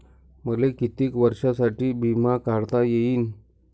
मले कितीक वर्षासाठी बिमा काढता येईन?